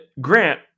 Grant